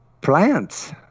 plants